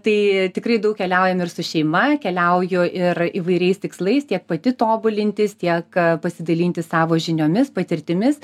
tai tikrai daug keliaujam ir su šeima keliauju ir įvairiais tikslais tiek pati tobulintis tiek pasidalinti savo žiniomis patirtimis